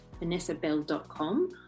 vanessabell.com